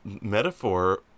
metaphor